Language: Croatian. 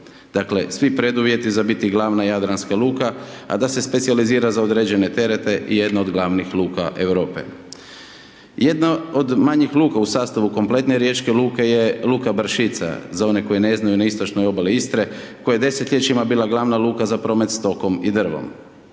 Dakle, svi preduvjeti za biti glavna jadranska luka, a da se specijalizira za određene trete je jedno od glavnih luka Europe. Jedna od manjih luka u sastavu kompletne riječke luke je Luka Bršica, za one koji ne znaju, na istočnoj obali Istre, koja je desetljećima bila glavna luka za promet stokom i drvom.